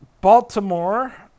Baltimore